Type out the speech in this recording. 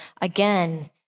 again